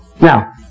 Now